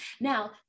Now